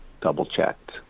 double-checked